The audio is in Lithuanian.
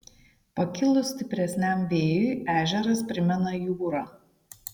pakilus stipresniam vėjui ežeras primena jūrą